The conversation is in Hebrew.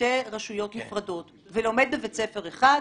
בשתי רשויות נפרדות ולומד בבית ספר אחד,